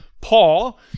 Paul